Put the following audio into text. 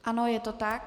Ano, je to tak.